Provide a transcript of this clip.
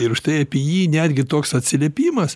ir štai apie jį netgi toks atsiliepimas